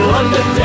London